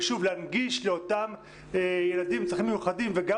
ושוב להנגיש לאותם ילדים עם צרכים מיוחדים וגם